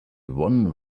one